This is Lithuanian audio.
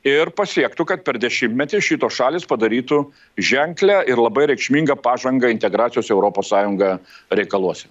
ir pasiektų kad per dešimtmetį šitos šalys padarytų ženklią ir labai reikšmingą pažangą integracijos į europos sąjungą reikaluose